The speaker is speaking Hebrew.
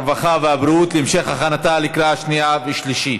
הרווחה והבריאות להמשך הכנתה לקריאה שנייה ושלישית.